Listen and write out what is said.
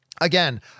again